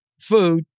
food